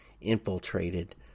infiltrated